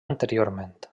anteriorment